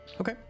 Okay